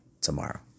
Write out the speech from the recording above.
tomorrow